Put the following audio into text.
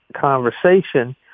conversation